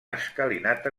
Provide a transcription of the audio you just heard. escalinata